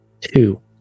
Two